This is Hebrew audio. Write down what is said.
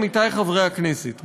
עמיתי חברי הכנסת,